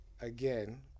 again